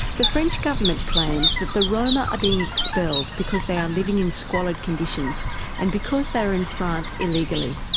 the french government claims that the roma are being expelled because they are living in squalid conditions and because they are in france illegally.